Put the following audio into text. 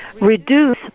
Reduce